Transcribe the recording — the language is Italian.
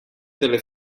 delle